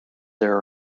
there